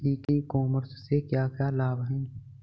ई commerce से क्या क्या लाभ हैं?